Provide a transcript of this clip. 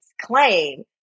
claim